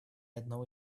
одного